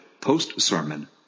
post-sermon